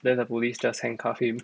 then the police just handcuff him